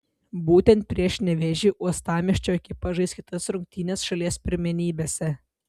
būtent prieš nevėžį uostamiesčio ekipa žais kitas rungtynes šalies pirmenybėse